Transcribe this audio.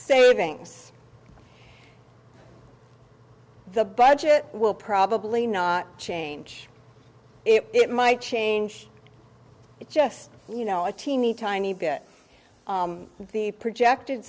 savings the budget will probably not change it might change it just you know a teeny tiny bit the projected